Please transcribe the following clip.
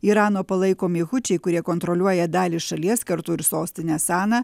irano palaikomi hučiai kurie kontroliuoja dalį šalies kartu ir sostinę saną